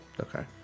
Okay